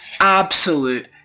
absolute